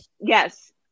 yes